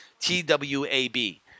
T-W-A-B